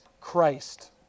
Christ